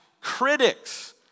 critics